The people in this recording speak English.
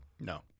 no